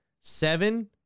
seven